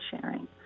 sharing